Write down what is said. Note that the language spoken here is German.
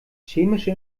chemische